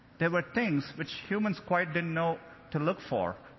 there were things which humans quite didn't know to look for,